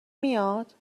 میاد